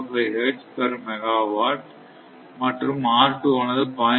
05 hertz per megawatt மற்றும் R2 ஆனது 0